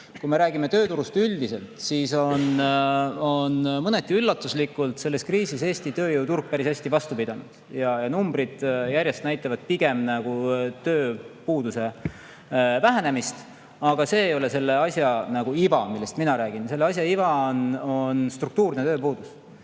me räägime tööturust üldiselt, siis mõneti üllatuslikult selles kriisis on Eesti tööjõuturg päris hästi vastu pidanud. Numbrid järjest enam näitavad pigem tööpuuduse vähenemist. Aga see ei ole selle asja iva, millest mina räägin. Selle asja iva on struktuurne tööpuudus.